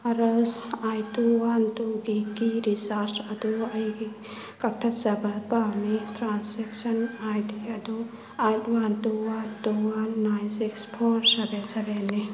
arts ꯑꯥꯏ two one ꯇꯨꯒꯤ ꯀꯤ ꯔꯤꯆꯥꯔꯖ ꯑꯗꯨ ꯑꯩꯒꯤ ꯀꯛꯊꯠꯆꯕ ꯄꯥꯝꯏ ꯇ꯭ꯔꯥꯟꯁꯦꯛꯁꯟ ꯑꯥꯏ ꯗꯤ ꯑꯗꯨ eight one two one two one nine six four seven ꯁꯕꯦꯟꯅꯤ